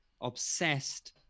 obsessed